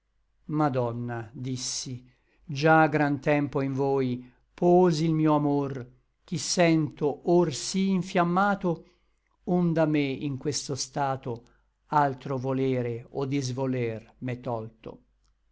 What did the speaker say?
madonna dissi già gran tempo in voi posi l mio amor ch'i sento or sí infiammato ond'a me in questo stato altro voler o disvoler m'è tolto